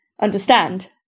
understand